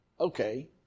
okay